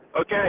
Okay